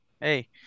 hey